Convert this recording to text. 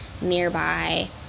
nearby